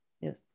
Yes